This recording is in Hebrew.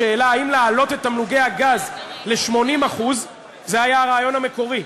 בשאלה האם להעלות את תמלוגי הגז ל-80% זה היה הרעיון המקורי.